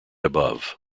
above